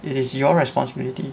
it is your responsibility